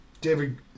David